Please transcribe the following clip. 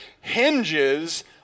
hinges